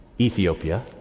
Ethiopia